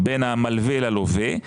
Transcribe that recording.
בין המלווה ללווה,